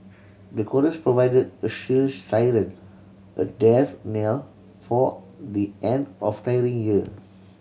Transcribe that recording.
the chorus provided a shrill siren a death knell for the end of tiring year